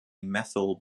methyl